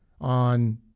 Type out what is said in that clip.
on